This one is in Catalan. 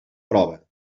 prova